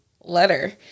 letter